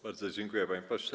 Bardzo dziękuję, panie pośle.